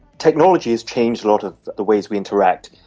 technology has changed a lot of the ways we interact.